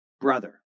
brother